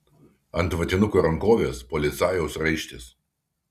ant vatinuko rankovės policajaus raištis